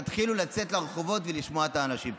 תתחילו לצאת לרחובות ולשמוע את האנשים.